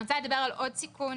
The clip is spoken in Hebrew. אני רוצה לדבר על עוד סיכון